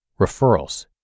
Referrals